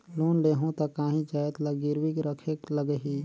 Loan लेहूं ता काहीं जाएत ला गिरवी रखेक लगही?